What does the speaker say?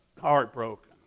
heartbroken